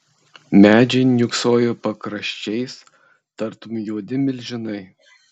medžiai niūksojo pakraščiais tartum juodi milžinai